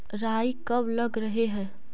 राई कब लग रहे है?